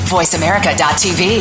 VoiceAmerica.tv